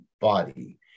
body